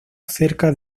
cerca